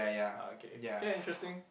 okay can interesting